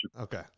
Okay